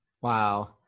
wow